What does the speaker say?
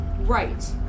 Right